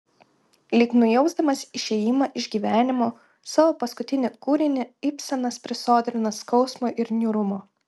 lyg nujausdamas išėjimą iš gyvenimo savo paskutinį kūrinį ibsenas prisodrina skausmo ir niūrumo